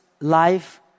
life